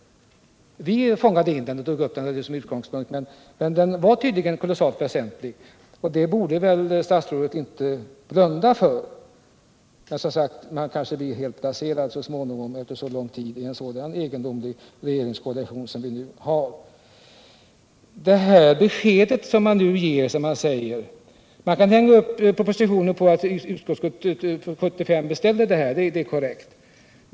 Vi hade redan fångat in den och tog den som en utgångspunkt för vår motion. Den var tydligen kolossalt väsentlig, och det borde väl statsrådet inte blunda för. Men man blir kanske som sagt helt blaserad så småningom, efter så lång tid i en så egendomlig regeringskoalition som den vi nu har. Beträffande beskedet som man nu ger att man kan hänga upp propositionen på att utskottet år 1975 beställde detta så är det korrekt.